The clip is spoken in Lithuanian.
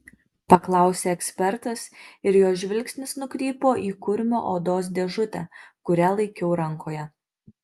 paklausė ekspertas ir jo žvilgsnis nukrypo į kurmio odos dėžutę kurią laikiau rankoje